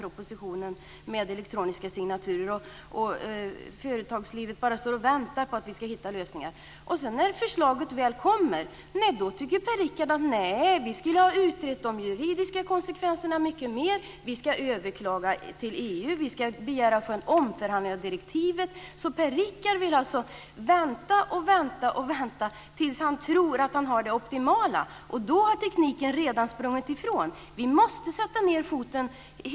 Propositionen om elektroniska signaturer kommer aldrig, och företagslivet står bara och väntar på att vi ska hitta lösningar. När förslaget väl kommer tycker Per-Richard Molén att vi skulle ha utrett de juridiska konsekvenserna mycket mer. Han vill att vi ska överklaga till EU och begära omförhandling av direktivet. Per-Richard Molén vill vänta och vänta tills han tror att vi har det optimala. Då har tekniken redan sprungit ifrån oss. Vi måste sätta ned foten.